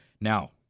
Now